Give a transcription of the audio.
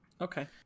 Okay